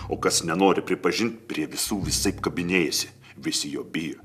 o kas nenori pripažint prie visų visaip kabinėjasi visi jo bijo